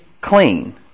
clean